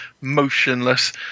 motionless